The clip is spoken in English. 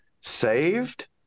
saved